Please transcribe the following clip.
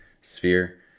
Sphere